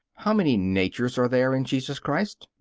how many natures are there in jesus christ?